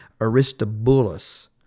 Aristobulus